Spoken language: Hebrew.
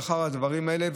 לאחר הדברים האלה,